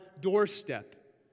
doorstep